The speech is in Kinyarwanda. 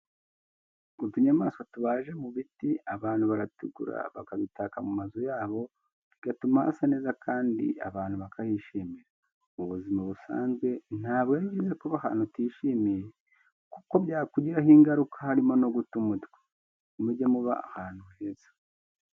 Utunyamaswa tubajwe mu biti abantu baratugura bakadutaka mu nzu zabo bigatuma hasa neza kandi abantu bakahishimira. Mu buzima busanzwe ntabwo ari byiza kuba ahantu utishimiye kuko byakugiraho ingaruka harimo no guta umutwe. Muge muba ahantu heza.